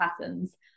patterns